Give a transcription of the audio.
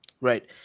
Right